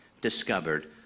discovered